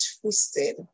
twisted